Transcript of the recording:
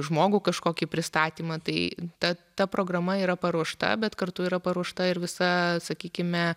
žmogų kažkokį pristatymą tai ta ta programa yra paruošta bet kartu yra paruošta ir visa sakykime